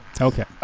Okay